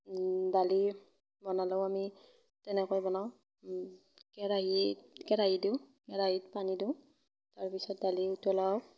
দালি বনালেও আমি তেনেকৈ বনাওঁ কেৰাহীত কেৰাহী দিওঁ কেৰাহীত পানী দিওঁ তাৰপিছত দালি উতলাওঁ